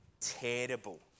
terrible